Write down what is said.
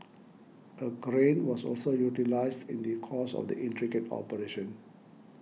a crane was also utilised in the course of the intricate operation